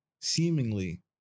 seemingly